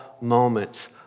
moments